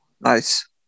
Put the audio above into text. Nice